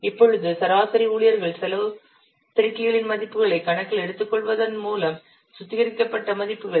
இப்பொழுது சராசரி ஊழியர்கள் செலவு பெருக்கிகளின் மதிப்புகளை கணக்கில் எடுத்துக்கொள்வதன் மூலம் சுத்திகரிக்கப்பட்ட மதிப்புகள்